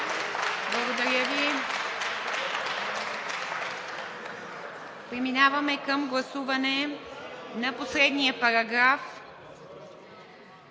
Благодаря Ви. Преминаваме към гласуване на последния параграф